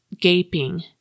gaping